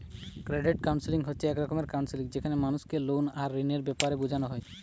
credit counselling হচ্ছে এক রকমের কাউন্সেলিং যেখানে মানুষকে লোন আর ঋণের বেপারে বুঝানা হয়